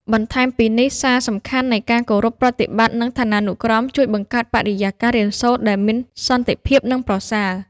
បន្ថែមពីនេះសារសំខាន់នៃការគោរពប្រតិបត្តិ និងឋានានុក្រមជួយបង្កើតបរិយាកាសរៀនសូត្រដែលមានសន្តិភាព និងប្រសើរ។